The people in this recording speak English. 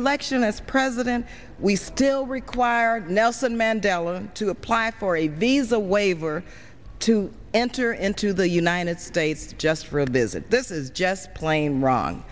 election as president we still require nelson mandela to apply for a visa waiver to enter into the united states just for a visit this is just plain wrong